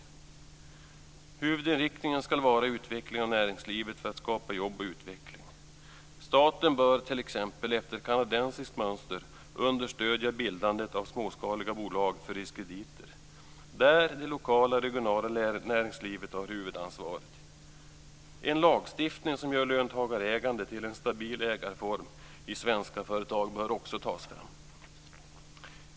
Huvudinriktningen ska vara utvecklingen av näringslivet för att skapa jobb och utvecklingen. Staten bör t.ex. efter kanadensiskt mönster understödja bildandet av småskaliga bolag för riskkrediter där det lokala och regionala näringslivet har huvudansvaret. En lagstiftning som gör löntagarägandet till en stabil ägarform i svenska företag bör också antas.